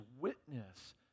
witness